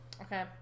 Okay